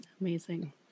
amazing